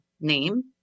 name